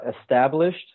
established